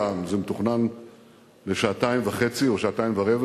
זה מתוכנן לשעתיים וחצי או שעתיים ורבע,